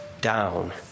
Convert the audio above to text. down